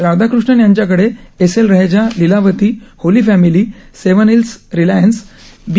राधाकृष्णन यांच्याकडे S L Raheja Lilavati Holy Family Seven Hills Reliance बी